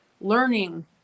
learning